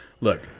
Look